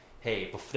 Hey